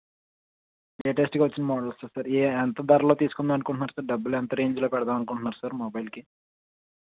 లేటెస్ట్గా వచ్చిన models sir ఏ ఎంత ధరలో తీసుకుందాం అనుకుంటున్నారు సార్ డబ్బులు ఎంత రేంజ్లో పెడదాం అనుకుంటున్నారు సార్ మొబైల్కి